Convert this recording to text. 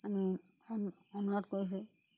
আমি অনুৰোধ কৰিছোঁ